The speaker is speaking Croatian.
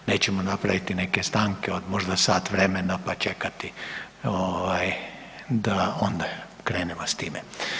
Nećemo napraviti neke stanke od možda sat vremena pa čekati da ovaj onda krenemo s time.